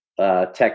Tech